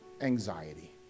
anxiety